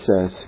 says